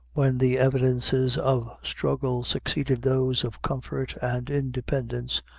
when the evidences of struggle succeeded those of comfort and independence,